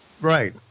Right